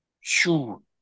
Shoo